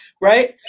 Right